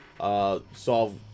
solve